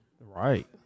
Right